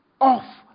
off